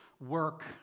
work